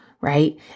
right